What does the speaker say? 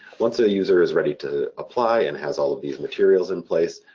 once a user is ready to apply and has all of these materials in place,